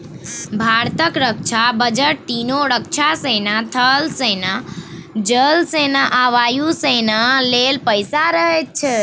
भारतक रक्षा बजट मे तीनों रक्षा सेना थल सेना, जल सेना आ वायु सेना लेल पैसा रहैत छै